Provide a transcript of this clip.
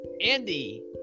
Andy